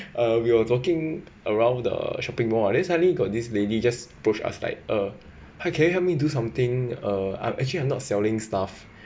uh we were talking around the shopping mall then suddenly got this lady just approached us like uh hi can you help me do something uh I'm actually I'm not selling stuff